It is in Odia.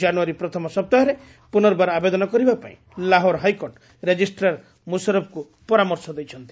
ଜାନୁୟାରୀ ପ୍ରଥମ ସପ୍ତାହରେ ପୁନର୍ବାର ଆବେଦନ କରିବାପାଇଁ ଲାହୋର୍ ହାଇକୋର୍ଟ ରେଜିଷ୍ଟ୍ରାର୍ ମୁଶାରଫ୍ଙ୍କୁ ପରାମର୍ଶ ଦେଇଛନ୍ତି